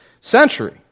century